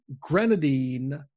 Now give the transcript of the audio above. grenadine